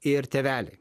ir tėveliai